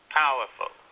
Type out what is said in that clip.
powerful